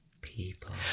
people